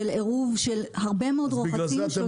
של עירוב של הרבה מאוד רוחצים.